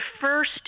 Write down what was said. first